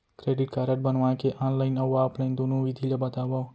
Credit card बनवाए के online अऊ ऑफलाइन दुनो विधि ला बतावव?